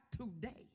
today